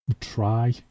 try